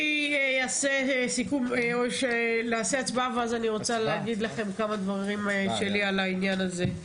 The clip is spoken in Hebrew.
נעשה הצבעה ואז אני רוצה להגיד לכם כמה דברים שלי על העניין הזה.